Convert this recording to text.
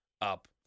up